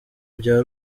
bya